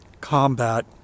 combat